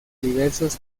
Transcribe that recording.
diversos